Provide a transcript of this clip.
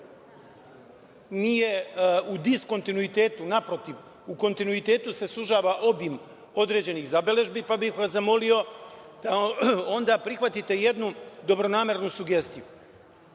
nije u diskontinuitetu. Naprotiv, u kontinuitetu se sužava obim određenih zabeležbi, pa bih vas zamolio da onda prihvatite jednu dobronamernu sugestiju. Kada